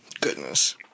Goodness